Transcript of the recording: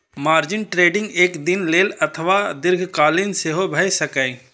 margin trading एक दिन लेल अथवा दीर्घकालीन सेहो भए सकैए